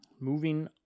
Moving